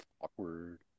awkward